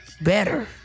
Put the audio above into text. better